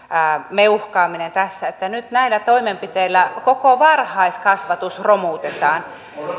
meuhkaaminen tässä että nyt näillä toimenpiteillä koko varhaiskasvatus romutetaan